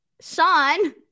Sean